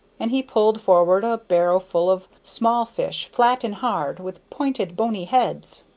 and he pulled forward a barrow full of small fish, flat and hard, with pointed, bony heads.